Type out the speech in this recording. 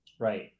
Right